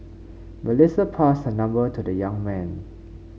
Melissa passed her number to the young man